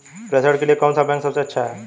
प्रेषण के लिए कौन सा बैंक सबसे अच्छा है?